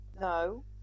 No